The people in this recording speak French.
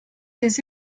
des